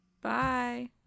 Bye